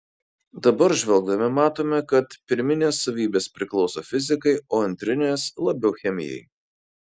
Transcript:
dabar žvelgdami matome kad pirminės savybės priklauso fizikai o antrinės labiau chemijai